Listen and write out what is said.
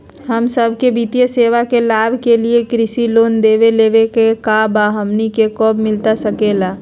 हम सबके वित्तीय सेवाएं के लाभ के लिए कृषि लोन देवे लेवे का बा, हमनी के कब मिलता सके ला?